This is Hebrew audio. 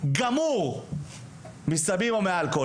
גמור מסמים או מאלכוהול.